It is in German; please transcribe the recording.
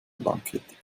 langkettig